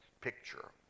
picture